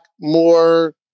more